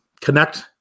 connect